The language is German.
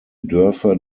dörfer